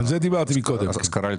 על זה דיברתי מקודם.